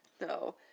No